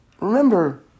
remember